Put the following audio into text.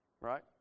right